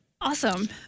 Awesome